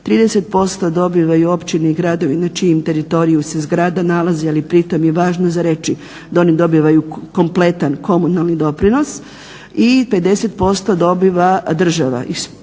30% dobivaju općine i gradovi na čijem teritoriju se zgrada nalazi, ali pritom je važno za reći da oni dobivaju kompletan komunalni doprinos i 50% dobiva država. Iz tih